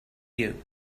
you